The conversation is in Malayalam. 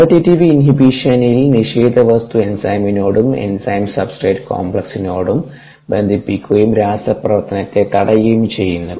കോംപിറ്റടിവ് ഇൻഹിബിഷനിൽ നിഷേധ വസ്തു എൻസൈമിനോടും എൻസൈം സബ്സ്ട്രേറ്റ് കോംപ്ലക്സിനോടും ബന്ധിപ്പിക്കുകയും രാസപ്രവർത്തനത്തെ തടയുകയും ചെയ്യുന്നു